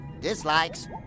Dislikes